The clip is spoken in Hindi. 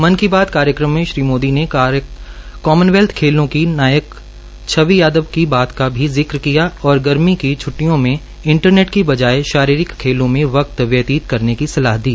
मन की बात कार्यक्रम में श्री मोदी ने कॉमनवेल्थ खेलों के नायक छवि यादव की बात का भी जिक किया और गर्मी की छटिटयों में इंटरनेट की बजाए शारीरिक खेलों में वक्त व्यतीत करने की सलाह दी